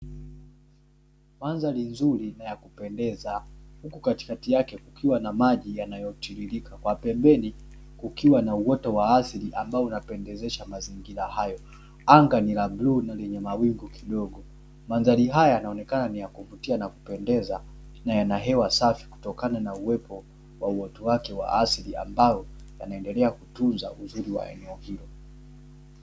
Mandhari nzuri na ya kupendeza huku katikati yake kukiwa na maji yanayotililika na pembeni kukiwa na uoto wa asili ambao unapendezesha mazingira hayo, anga ni la bluu na lenye mawingu kidogo. Mandhari haya yanaonekana ni ya kuvutia na kupendeza na yana hewa safi kutokana na uwepo wa uoto wake wa asili ambao unaendelea kutunza uzuri wa eneo hilo.